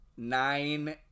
Nine